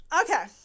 Okay